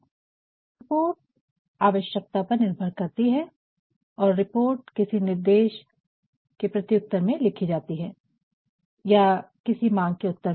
तो रिपोर्ट आवश्यकता पर निर्भर करती है और रिपोर्ट किसी निर्देश के प्रति उत्तर में लिखी जाती है या किसी मांग की उत्तर में